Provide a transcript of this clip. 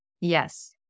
Yes